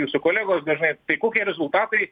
jūsų kolegos dažnai tai kokie rezultatai